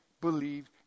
believed